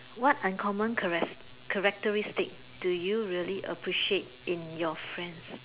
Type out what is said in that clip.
what uncommon charas~ characteristic do you really appreciate in your friends